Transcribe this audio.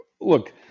look